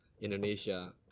Indonesia